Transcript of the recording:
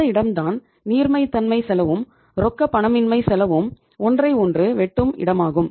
இந்த இடம்தான் நீர்மைத்தன்மை செலவும் ரொக்கப்பணமின்மை செலவும் ஒன்றை ஒன்று வெட்டும் இடமாகும்